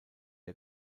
der